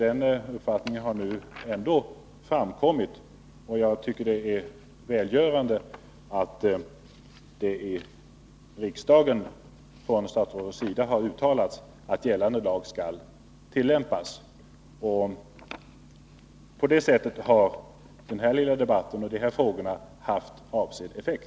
En uppfattning har nu ändå framkommit, och jag tycker det är välgörande att finansministern här i riksdagen har uttalat att gällande lag skall tillämpas. Därmed har den här lilla debatten om dessa frågor fått avsedd effekt.